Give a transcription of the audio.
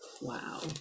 Wow